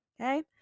okay